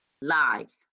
lives